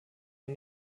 war